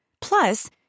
Plus